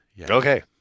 Okay